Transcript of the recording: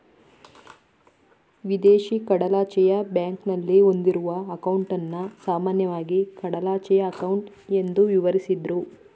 ವಿದೇಶಿ ಕಡಲಾಚೆಯ ಬ್ಯಾಂಕ್ನಲ್ಲಿ ಹೊಂದಿರುವ ಅಂಕೌಟನ್ನ ಸಾಮಾನ್ಯವಾಗಿ ಕಡಲಾಚೆಯ ಅಂಕೌಟ್ ಎಂದು ವಿವರಿಸುದ್ರು